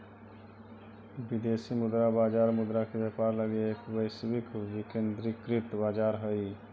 विदेशी मुद्रा बाजार मुद्रा के व्यापार लगी एक वैश्विक विकेंद्रीकृत बाजार हइ